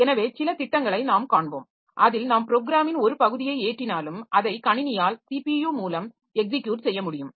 எனவே சில திட்டங்களை நாம் காண்போம் அதில் நாம் ப்ரோக்ராமின் ஒரு பகுதியை ஏற்றினாலும் அதை கணினியால் ஸிபியு மூலம் எக்ஸிக்யுட் செய்ய முடியும்